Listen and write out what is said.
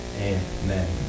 Amen